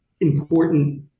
important